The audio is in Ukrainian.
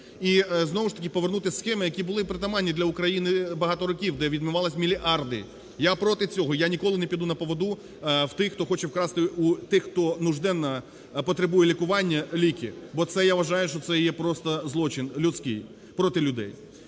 і знову ж таки повернути схеми, які були притаманні для України багато років, де відмивалися мільярди. Я проти цього, я ніколи не піду на поводу в тих, хто хоче вкрасти у тих, хто нужденно потребує лікування, ліки, бо це, я вважаю, що це є просто злочин людський проти людей.